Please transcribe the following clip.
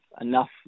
enough